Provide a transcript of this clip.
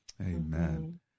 amen